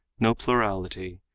no plurality,